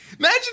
Imagine